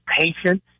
patience